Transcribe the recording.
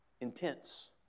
intense